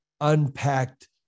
unpacked